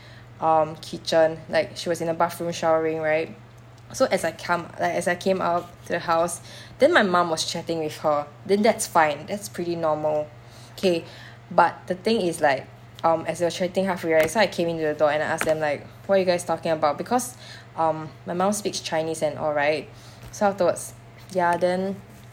um kitchen like she was in the bathroom showering right so as I come like I came out of the house then my mum was chatting with her then that's fine that's pretty normal okay but the thing is like um as they were chatting halfway so I came in to the door and ask them like what you guys talking about because um my mum speaks chinese and all right so afterwards ya then